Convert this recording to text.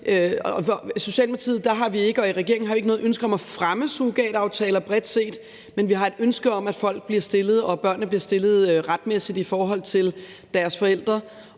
og i regeringen har vi ikke noget ønske om at fremme surrogataftaler bredt set, men vi har et ønske om, at børnene bliver stillet retmæssigt i forhold til deres forældre.